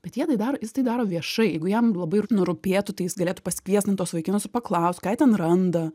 bet jie tai daro jis tai daro viešai jeigu jam labai nu rūpėtų tai jis galėtų pasikviest nu tuos vaikinus ir paklaust ką jie ten randa